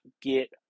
get